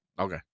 okay